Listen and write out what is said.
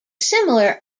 similar